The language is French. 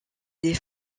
des